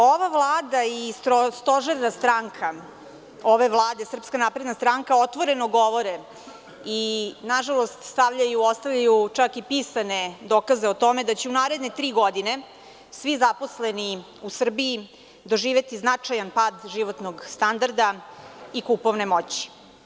Ova Vlada i stožerna stranka ove Vlade - SNS otvoreno govore i nažalost ostavljaju čak i pisane dokaze o tome da će u naredne tri godine svi zaposleni u Srbiji doživeti značajan pad životnog standarda i kupovne moći.